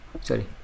sorry